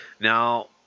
Now